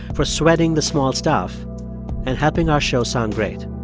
for sweating the small stuff and helping our show sound great.